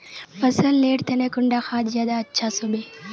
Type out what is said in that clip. फसल लेर तने कुंडा खाद ज्यादा अच्छा सोबे?